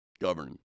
govern